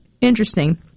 interesting